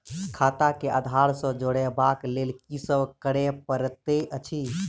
खाता केँ आधार सँ जोड़ेबाक लेल की सब करै पड़तै अछि?